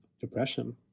depression